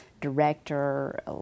director